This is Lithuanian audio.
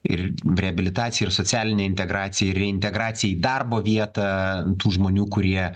ir reabilitacija ir socialinė integracija ir reintegracija darbo vietą tų žmonių kurie